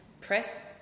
press